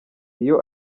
iyo